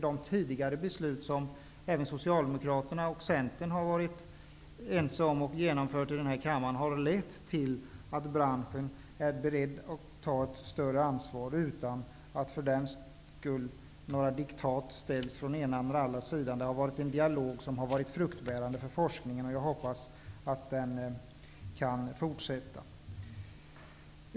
De tidigare beslut som även Socialdemokraterna och Centern har varit med om att fatta i den här kammaren har lett till att branschen är beredd att ta ett större ansvar utan att några diktat för den skull ställs från den ena eller den andra sidan. Det har varit en dialog som har varit fruktbärande för forskningen, och jag hoppas att den kan fortsätta.